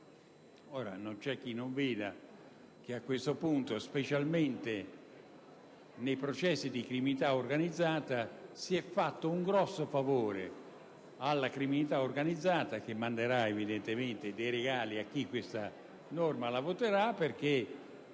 Non c'è chi non veda che, a questo punto, specialmente nei processi di criminalità organizzata, si è fatto un grosso favore alla criminalità organizzata, che manderà ovviamente dei regali a chi questa norma voterà, perché